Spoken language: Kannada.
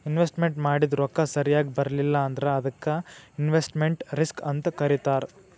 ಇನ್ವೆಸ್ಟ್ಮೆನ್ಟ್ ಮಾಡಿದ್ ರೊಕ್ಕ ಸರಿಯಾಗ್ ಬರ್ಲಿಲ್ಲಾ ಅಂದ್ರ ಅದಕ್ಕ ಇನ್ವೆಸ್ಟ್ಮೆಟ್ ರಿಸ್ಕ್ ಅಂತ್ ಕರೇತಾರ